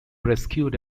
rescued